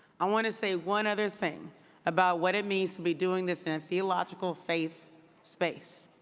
i want to say one other thing about what it means to be doing this in a theological faith space.